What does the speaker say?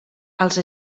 els